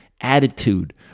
attitude